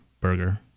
burger